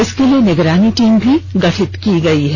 इसके लिए निगरानी टीम भी गठित की गई है